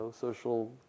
social